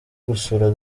gusura